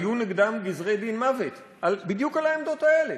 היו נגדם גזרי דין מוות בדיוק על העמדות האלה,